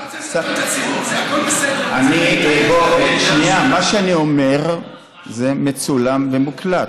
זה הכול בסדר, מה שאני אומר זה מצולם ומוקלט.